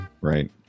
right